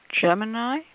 Gemini